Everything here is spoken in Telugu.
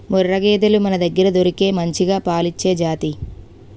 ముర్రా గేదెలు మనదగ్గర దొరికే మంచిగా పాలిచ్చే జాతి